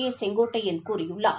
ஏ செங்கோட்டையன் கூறியுள்ளார்